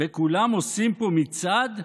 וכולם עושים פה מצעד?